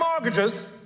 mortgages